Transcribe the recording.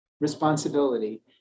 responsibility